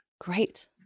Great